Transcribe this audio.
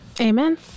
Amen